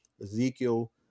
Ezekiel